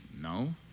no